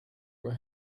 were